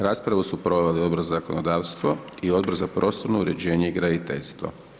Raspravu su proveli Odbor za zakonodavstvo i Odbor za prostorno uređenje i graditeljstvo.